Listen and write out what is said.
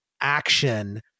action